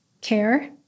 care